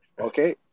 Okay